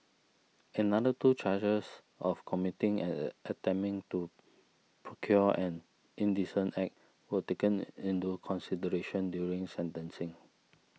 another two charges of committing and attempting to procure an indecent act were taken into consideration during sentencing